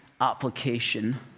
application